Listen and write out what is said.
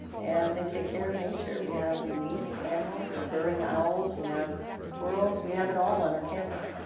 and they take care of nature. we have released animals. we have burrowing owls, we have squirrels, we have it all on our campus.